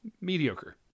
Mediocre